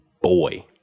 boy